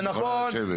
זה נכון,